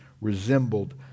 resembled